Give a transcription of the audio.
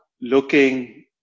looking